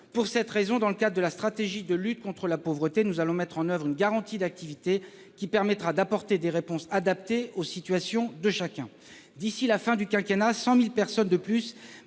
Pour cette raison, dans le cadre de la stratégie de lutte contre la pauvreté, nous allons mettre en oeuvre une garantie d'activité qui permettra d'apporter des réponses adaptées aux situations de chacun. D'ici à la fin du quinquennat, 100 000 personnes